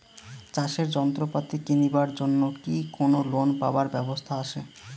চাষের যন্ত্রপাতি কিনিবার জন্য কি কোনো লোন পাবার ব্যবস্থা আসে?